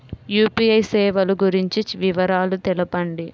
UPI సేవలు గురించి వివరాలు తెలుపండి?